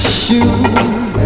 shoes